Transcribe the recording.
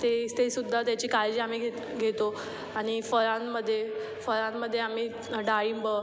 तेच ते सुद्धा त्याची काळजी आम्ही घेत घेतो आणि फळांमध्ये फळांमध्ये आम्ही डाळिंब